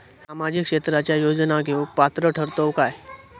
सामाजिक क्षेत्राच्या योजना घेवुक पात्र ठरतव काय?